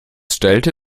stellte